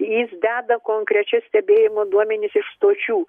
jis deda konkrečias stebėjimo duomenis iš stočių